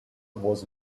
was